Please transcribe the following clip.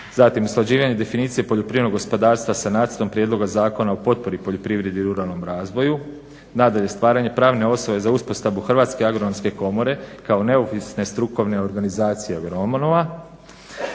zatim usklađivanje definicije poljoprivrednog gospodarstva sa nacrtom prijedloga Zakona o potpori poljoprivredi i ruralnom razvoju, nadalje stvaranje pravne osobe za uspostavu hrvatske agronomske komore kao neovisne strukovne organizacije agronoma,